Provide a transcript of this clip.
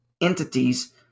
entities